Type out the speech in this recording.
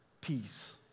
peace